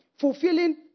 Fulfilling